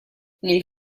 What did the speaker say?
nel